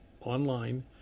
online